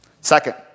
Second